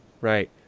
Right